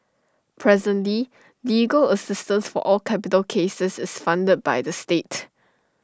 presently legal assistance for all capital cases is funded by the state